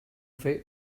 fer